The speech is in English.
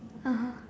(uh uh)